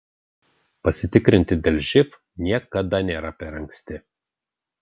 pasitikrinti dėl živ niekada nėra per anksti